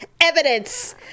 evidence